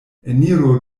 eniru